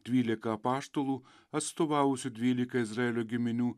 dvylika apaštalų atstovavusių dvylika izraelio giminių